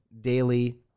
daily